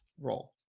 role